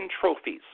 trophies